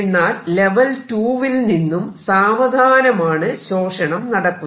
എന്നാൽ ലെവൽ 2 വിൽ നിന്നും സാവധാനമാണ് ശോഷണം നടക്കുന്നത്